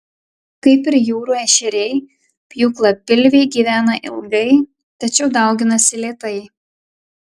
kaip ir jūrų ešeriai pjūklapilviai gyvena ilgai tačiau dauginasi lėtai